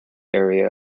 area